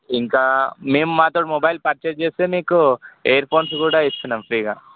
ఇంకా మే మాత్రం mobile purchase చేస్తే మీకు ఇయిర్ఫోన్స్ కూడా ఇస్తున్నాము ఫ్రీగా